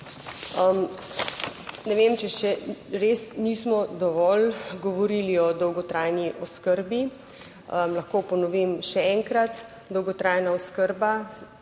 Ne vem, če še res nismo dovolj govorili o dolgotrajni oskrbi. Lahko ponovim še enkrat. Dolgotrajna oskrba